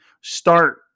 start